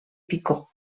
picor